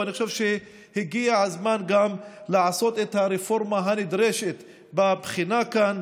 ואני חושב שהגיע הזמן גם לעשות את הרפורמה הנדרשת בבחינה כאן,